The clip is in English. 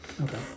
Okay